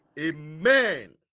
Amen